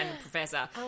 professor